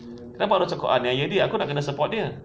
kenapa harus aku aniayakan dia aku nak kena support dia